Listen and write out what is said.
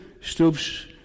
stoops